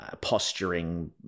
posturing